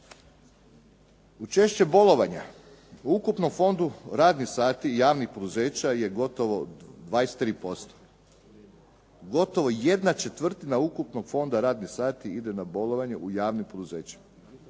Učešće bolovanje u ukupnom fondu radnih sati javnih poduzeća je gotovo 23%. Gotovo 1/4 ukupnog fonda radnih sati ide na bolovanje u javnim poduzećima